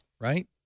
right